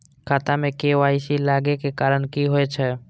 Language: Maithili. खाता मे के.वाई.सी लागै के कारण की होय छै?